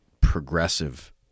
progressive